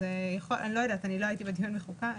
לא הייתי בדיון בוועדת החוקה.